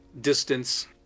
distance